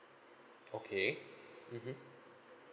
okay mmhmm